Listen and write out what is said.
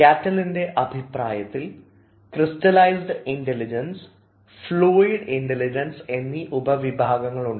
കാറ്റെലിൻറെ അഭിപ്രായത്തിൽ crystallised intelligence fluid intelligence എന്നീ ഉപവിഭാഗങ്ങളുണ്ട്